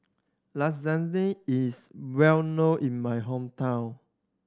lasagne is well known in my hometown